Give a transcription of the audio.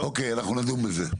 אוקיי, אנחנו נדון בזה.